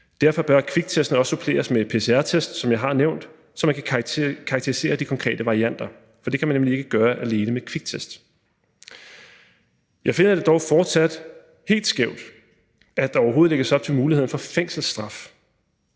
Derfor bør kviktest også suppleres med PCR-test, som jeg har nævnt, så man kan karakterisere de konkrete varianter, for det kan man nemlig ikke gøre alene med kviktest. Jeg finder det dog fortsat helt skævt, at der overhovedet lægges op til muligheden for fængselsstraf.